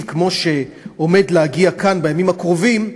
כמו זה שעומד להגיע כאן בימים הקרובים,